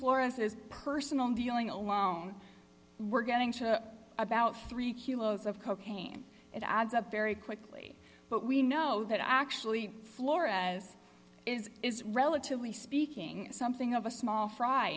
for us is personal feeling alone we're getting about three kilos of cocaine it adds up very quickly but we know that actually flores is is relatively speaking something of a small fry